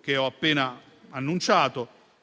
che ho appena enunciato